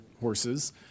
horses